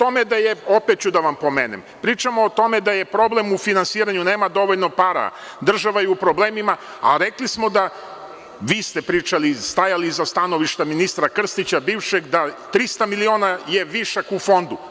Pričamo o tome, opet ću pomenuti, pričamo o tome da je problem u finansiranju, nema dovoljno para, država je u problemima, a rekli smo da, vi ste pričali, stajali iza stanovišta bivšeg ministra Krstića, da 300 miliona je višak u Fondu.